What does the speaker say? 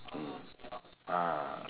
mm ah